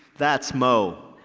that's mo.